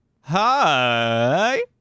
Hi